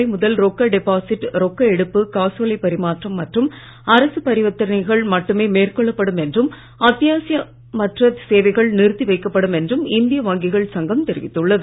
வங்கிகளில் நாளை முதல் ரொக்க டெபாசிட் ரொக்க எடுப்பு காசோலை பரிமாற்றம் மற்றும் அரசு பரிவர்த்தனைகள் மட்டுமே மேற்கொள்ளப்படும் என்றும் அத்தியாவசியமற்ற சேவைகள் நிறுத்தி வைக்கப்படும் என்றும் இந்திய வங்கிகள் சங்கம் தெரிவித்துள்ளது